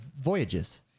voyages